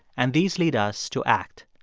and these lead us to act.